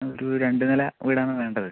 ഒരു രണ്ടുനില വീടാണ് വേണ്ടത്